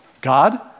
God